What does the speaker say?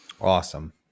Awesome